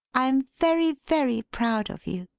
i am very, very proud of you.